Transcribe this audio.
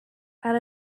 out